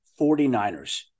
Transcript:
49ers